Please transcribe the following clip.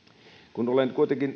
kun olen kuitenkin